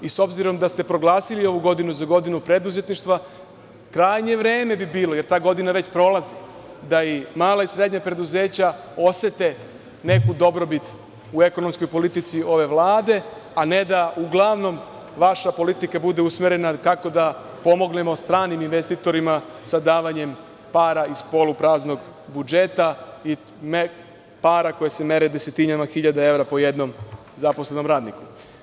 S obzirom da ste proglasili ovu godinu za godinu preduzetništva, krajnje vreme bi bilo, jer ta godina već prolazi, da i mala i srednja preduzeća osete neku dobrobit u ekonomskoj politici ove Vlade, a ne da uglavnom vaša politika bude usmerena tako da pomognemo stranim investitorima sa davanjem para iz polupraznog budžeta i para koje se mere desetinama hiljada evra po jednom zaposlenom radniku.